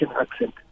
accent